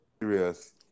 serious